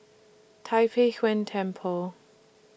Tai Pei Yuen Temple